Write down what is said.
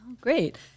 Great